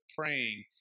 praying